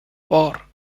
four